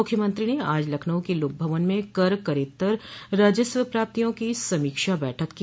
मुख्यमंत्री ने आज लखनऊ के लोक भवन में कर करेत्तर राजस्व प्राप्तियों की समीक्षा बैठक की